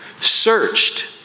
searched